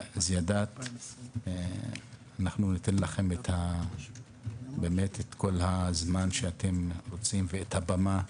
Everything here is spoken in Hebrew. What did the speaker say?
אנחנו ניתן לכם את כל הזמן שאתם רוצים ואת הבמה.